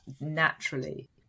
naturally